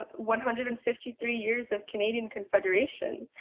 but one hundred and fifty three years of canadian confederation.